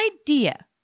idea